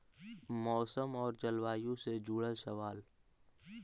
मौसम और जलवायु से जुड़ल सवाल?